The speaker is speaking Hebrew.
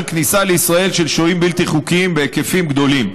כניסה לישראל של שוהים בלתי חוקיים בהיקפים גדולים.